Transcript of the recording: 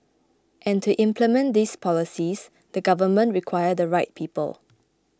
and to implement these policies the government require the right people